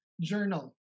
journal